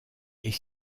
est